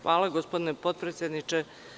Hvala, gospodine potpredsedniče.